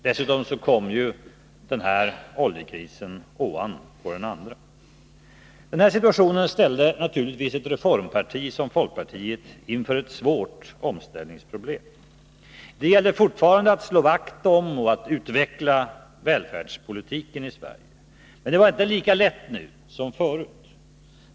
Dessutom kom ju den här oljechocken ovanpå den första. Den här situationen ställde naturligtvis ett reformparti som folkpartiet inför ett svårt omställningsproblem. Det gällde fortfarande att slå vakt om och utveckla välfärdspolitiken i Sverige. Men det var inte lika lätt nu som förut.